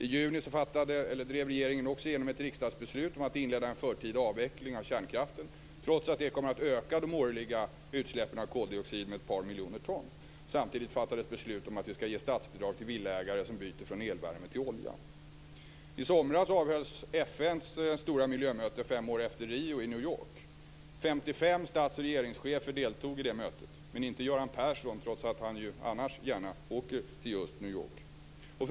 I juni drev regeringen också igenom ett riksdagsbeslut om att inleda en förtida avveckling av kärnkraften, trots att det kommer att öka de årliga utsläppen av koldioxid med ett par miljoner ton. Samtidigt fattades beslut om att vi skall ge statsbidrag till villaägare som byter från elvärme till olja. I somras avhölls FN:s stora miljömöte, fem år efter Rio, i New York. 55 stats och regeringschefer deltog i mötet, men inte Göran Persson, trots att han ju annars gärna åker till just New York.